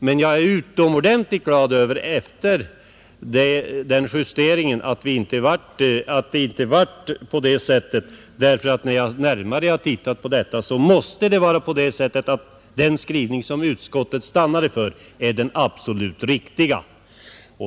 Men jag är nu efter justeringen utomordentligt glad över att det inte blev någon kompromiss; ju mer jag tänkt på denna sak har jag funnit att den skrivning som utskottet stannade för är den absolut riktiga.